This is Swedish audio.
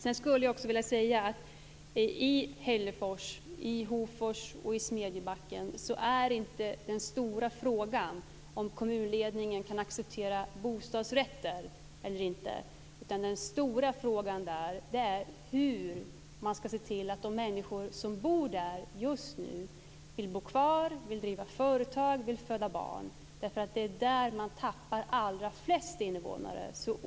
Sedan vill jag också säga att i Hällefors, i Hofors och i Smedjebacken är inte den stora frågan om kommunledningen kan acceptera bostadsrätter eller inte, utan den stora frågan är hur man ska se till att de människor som bor där just nu vill stanna kvar, driva företag och föda barn. Det är där man tappar allra flest invånare.